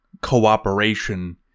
cooperation